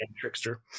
Trickster